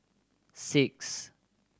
six